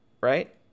Right